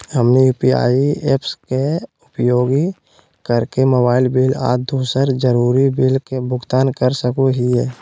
हमनी UPI apps के उपयोग करके मोबाइल बिल आ दूसर जरुरी बिल के भुगतान कर सको हीयई